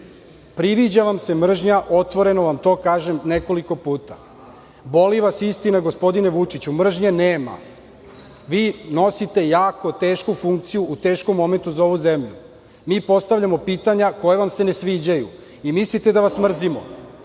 priviđa vam se mržnja, otvoreno vam to kažem nekoliko puta, boli vas istina, gospodine Vučiću, mržnje nema. Vi nosite jako tešku funkciju u teškom momentu za ovu zemlju. Mi postavljamo pitanja koja vam se ne sviđaju i mislite da vas mrzimo.